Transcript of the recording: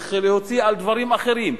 צריך להוציא על דברים אחרים,